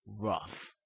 Rough